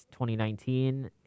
2019